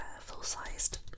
full-sized